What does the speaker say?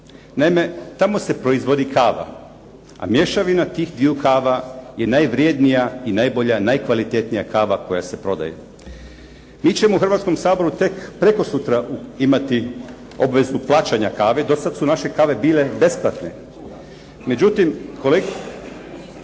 Naime tamo se proizvodi kava, a mješavina tih dviju kava je najvrjednija i najbolja, najkvalitetnija kava koja se prodaje. Mi ćemo u Hrvatskom saboru tek prekosutra imati obvezu plaćanja kave. Do sad su naše kave bile besplatne, međutim. Molim